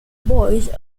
boys